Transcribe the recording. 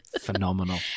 Phenomenal